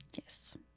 Yes